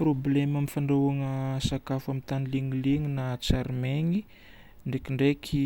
Problème amin'ny fandrahoagna sakafo amin'ny tany lenileny na tsy ary maigny ndrikindraiky